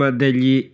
degli